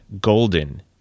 golden